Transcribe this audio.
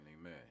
amen